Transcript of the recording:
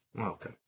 Okay